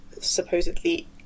supposedly